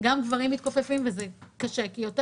- גם גברים מתכופפים וזה קשה כי יותר